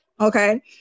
okay